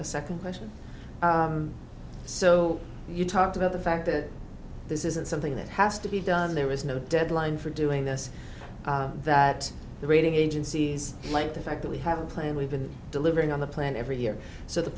second question so you talked about the fact that this isn't something that has to be done there is no deadline for doing this that the rating agencies like the fact that we have a plan we've been delivering on the plan every year so the